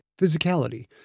physicality